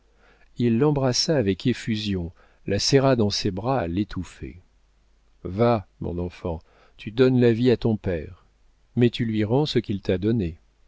il l'embrassa avec effusion la serra dans ses bras à l'étouffer va mon enfant tu donnes la vie à ton père mais tu lui rends ce qu'il t'a donné